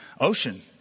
ocean